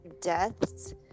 deaths